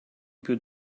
più